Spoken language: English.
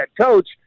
coach